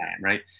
right